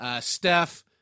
Steph